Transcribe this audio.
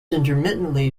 intermittently